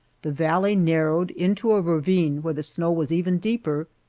the valley narrowed into a ravine where the snow was even deeper.